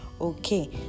okay